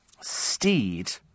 steed